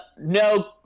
no